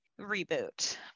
reboot